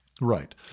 Right